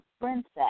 princess